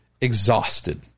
exhausted